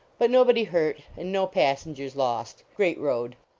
but nobody hurt, and no passengers lost. great road.